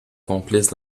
complices